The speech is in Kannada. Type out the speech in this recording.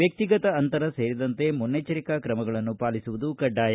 ವ್ಯಕ್ತಿಗತ ಅಂತರ ಸೇರಿದಂತೆ ಮುನ್ನೆಚ್ಚರಿಕಾ ತ್ರಮಗಳನ್ನು ಪಾಲಿಸುವುದು ಕಡ್ಡಾಯ